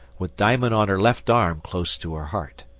with diamond on her left arm close to her heart.